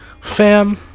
fam